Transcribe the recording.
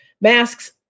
Masks